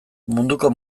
munduko